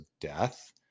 death